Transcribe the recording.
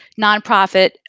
nonprofit